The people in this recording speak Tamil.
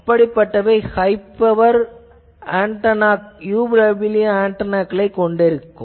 அப்படிப்பட்டவை ஹை பவர் UWB ஆன்டெனாக்களைக் கொண்டிருக்கும்